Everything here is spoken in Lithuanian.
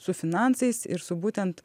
su finansais ir su būtent